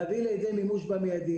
להביא לידי מימוש מיידית.